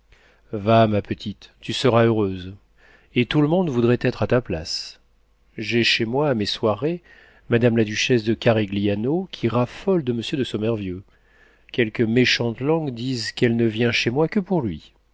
va ma petite tu seras heureuse et tout le monde voudrait être à ta place j'ai chez moi à mes soirées madame la duchesse de carigliano qui raffole de monsieur de sommervieux quelques méchantes langues disent qu'elle ne vient chez moi que pour lui